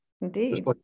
indeed